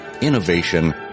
innovation